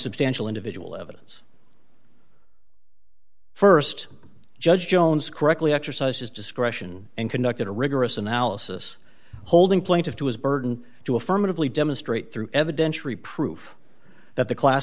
substantial individual evidence st judge jones correctly exercised his discretion and conducted a rigorous analysis holding plaintiff to his burden to affirmatively demonstrate through evidentiary proof that the class